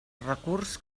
recurs